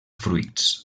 fruits